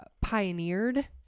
pioneered